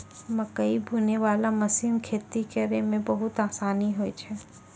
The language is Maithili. मकैइ बुनै बाला मशीन खेती करै मे बहुत आसानी होय छै